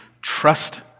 Trust